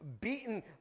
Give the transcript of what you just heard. beaten